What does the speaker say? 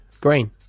Green